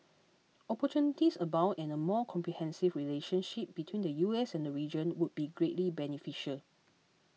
opportunities abound and a more comprehensive relationship between the U S and region would be greatly beneficial